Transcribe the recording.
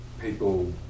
people